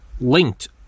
linked